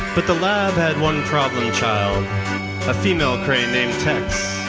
but the lab had one problem child a female crane named tex.